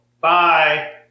Bye